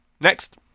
Next